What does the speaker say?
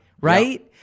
right